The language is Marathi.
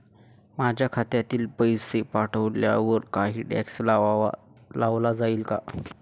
माझ्या खात्यातील पैसे पाठवण्यावर काही टॅक्स लावला जाईल का?